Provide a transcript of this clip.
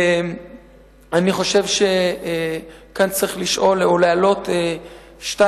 אני חושב שכאן צריך לשאול או להעלות שתי